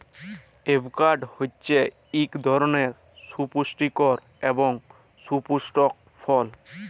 avocado হছে ইক ধরলের সুপুষ্টিকর এবং সুপুস্পক ফল